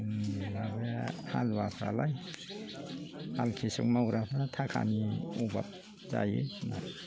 माबाया हालुवाफ्रालाय हाल कृषक मावग्राफ्रा थाखानि अभाब जायो